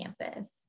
campus